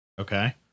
Okay